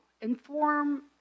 inform